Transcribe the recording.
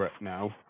now